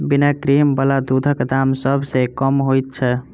बिना क्रीम बला दूधक दाम सभ सॅ कम होइत छै